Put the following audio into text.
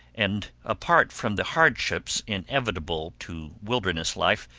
and, apart from the hardships inevitable to wilderness life,